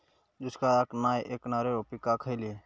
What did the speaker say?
दुष्काळाक नाय ऐकणार्यो पीका खयली?